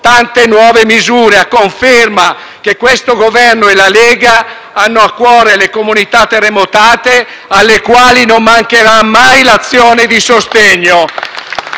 che questo Governo e la Lega hanno a cuore le comunità terremotate, alle quali non mancherà mai l'azione di sostegno. *(Applausi dai